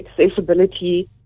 accessibility